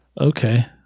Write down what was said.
Okay